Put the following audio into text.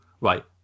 right